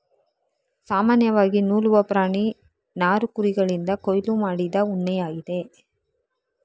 ಸಾಮಾನ್ಯವಾಗಿ ನೂಲುವ ಪ್ರಾಣಿ ನಾರು ಕುರಿಗಳಿಂದ ಕೊಯ್ಲು ಮಾಡಿದ ಉಣ್ಣೆಯಾಗಿದೆ